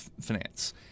finance